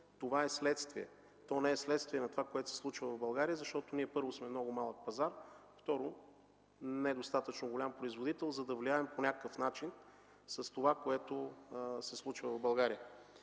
това е следствие. То не е следствие на това, което се случва в България, защото: първо, ние сме много малък пазар, второ – недостатъчно голям производител, за да влияем по някакъв начин с това, което се случва в България.